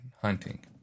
hunting